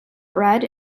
bred